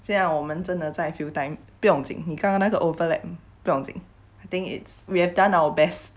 这样我们真的在 fill time 不用紧你刚刚那个 overlapping 不用紧 I think it's we have done our best